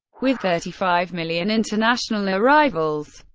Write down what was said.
with thirty five million international arrivals.